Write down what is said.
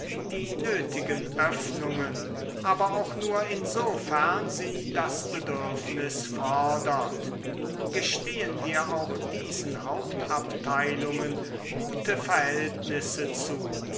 die nötigen öffnungen aber auch nur insofern sie das bedürfnis fordert gestehn wir auch diesen hauptabteilungen gute verhältnisse zu